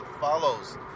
follows